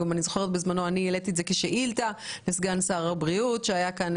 אני זוכרת שבזמנו אני העליתי את זה כשאילתה לסגן שר הבריאות שהיה כאן,